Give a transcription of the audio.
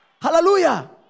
hallelujah